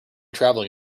traveling